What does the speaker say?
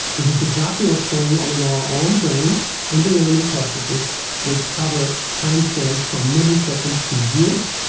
this is exactly what is going on in our own brain in the learning processes which cover timescales from milliseconds to years,